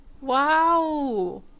Wow